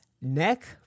neck